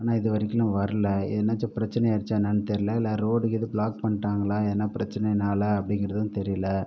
ஆனால் இது வரைக்கிலும் வரல எதுனாச்சும் பிரச்சினை ஆயிடுச்சான்னு என்னெனான்னு தெரியல இல்லை ரோடு கீடு பிளாக் பண்ணிட்டாங்களா எதுனா பிரச்சினையினால அப்படிங்கிறதும் தெரியல